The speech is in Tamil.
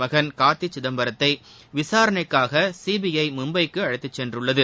மகன் கார்த்தி சிதம்பரத்தை விசாரணைக்காக சிபிஐ மும்பைக்கு அழைத்துச் சென்றுள்ளது